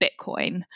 Bitcoin